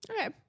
Okay